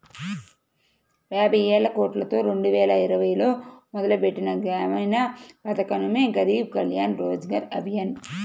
యాబైవేలకోట్లతో రెండువేల ఇరవైలో మొదలుపెట్టిన గ్రామీణ పథకమే గరీబ్ కళ్యాణ్ రోజ్గర్ అభియాన్